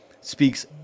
speaks